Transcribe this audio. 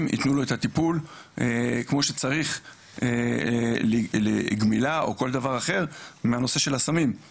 יתנו לו את הטיפול כמו שצריך לגמילה או כל דבר אחר מנושא הסמים.